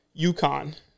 UConn